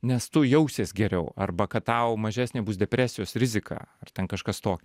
nes tu jausies geriau arba kad tau mažesnė bus depresijos rizika ar ten kažkas tokio